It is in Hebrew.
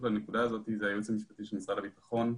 לנקודה הזאת זה הייעוץ המשפטי של משרד הביטחון.